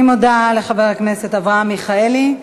אני מודה לחבר הכנסת אברהם מיכאלי.